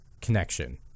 connection